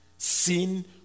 sin